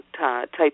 type